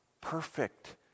perfect